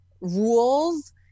rules